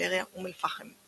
בגלריה אום אל פחם.